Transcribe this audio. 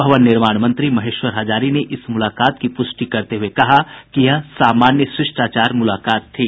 भवन निर्माण मंत्री महेश्वर हजारी ने इस मुलाकात की पुष्टि करते हुए कहा कि यह सामान्य शिष्टाचार मुलाकात थी